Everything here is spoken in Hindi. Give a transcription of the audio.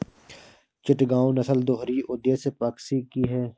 चिटगांव नस्ल दोहरी उद्देश्य पक्षी की है